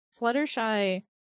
Fluttershy